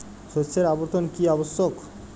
শস্যের আবর্তন কী আবশ্যক?